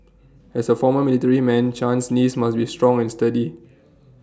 as A former military man Chan's knees must be strong and sturdy